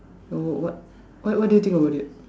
no what what what do you think about it